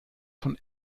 von